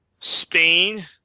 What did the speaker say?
Spain